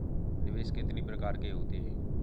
निवेश कितनी प्रकार के होते हैं?